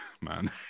man